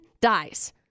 dies